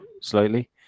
slightly